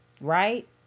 right